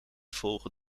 volgen